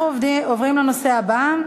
אנחנו עוברים לנושא הבא בסדר-היום: